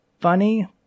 funny